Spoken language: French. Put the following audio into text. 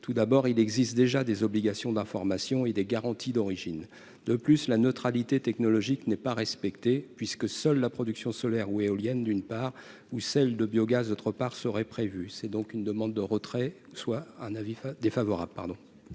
tout d'abord, il existe déjà des obligations d'information et des garanties d'origine, de plus, la neutralité technologique n'est pas respectée puisque seule la production solaire ou éolienne d'une part, ou celle de biogaz, d'autre part serait prévu, c'est donc une demande de retrait soit un avis défavorable,